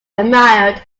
admired